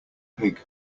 pig